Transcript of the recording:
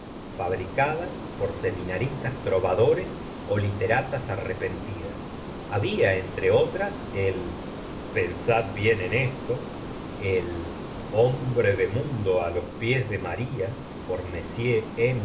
fabricadas por seminaristas trovadores ó literatas arrepentidas había entre otras el pensad bien en esto el hombre de mundo á los pies de maria por